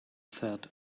said